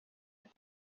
need